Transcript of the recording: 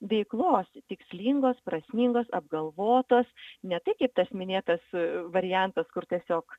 veiklos tikslingos prasmingos apgalvotos ne taip kaip tas minėtas variantas kur tiesiog